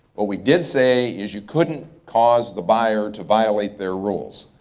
what we did say is you couldn't cause the buyer to violate their rules.